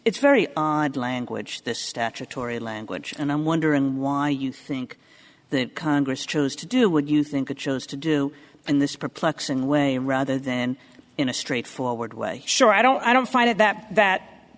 it's very odd language the statutory language and i'm wondering why you think that congress chose to do would you think it chose to do in this perplexing way rather than in a straightforward way sure i don't i don't find it that that